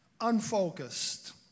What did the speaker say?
unfocused